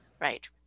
right